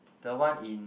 the one in